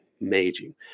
Amazing